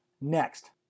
next